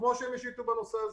כמו שהם השיתו בנושא הזה.